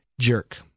Jerk